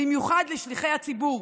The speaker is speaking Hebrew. במיוחד לשליחי הציבור,